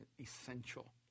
essential